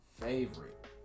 favorite